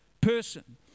person